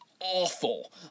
awful